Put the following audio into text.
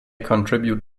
contribute